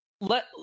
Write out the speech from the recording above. let